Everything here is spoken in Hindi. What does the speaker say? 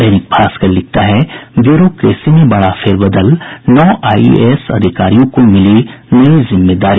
दैनिक भास्कर लिखता है ब्यूरोक्रेसी में बड़ा फेरबदल नौ आईएएस अधिकारियों को मिली नई जिम्मेदारी